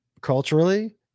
culturally